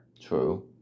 true